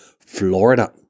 Florida